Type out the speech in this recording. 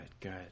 good